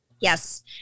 Yes